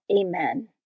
Amen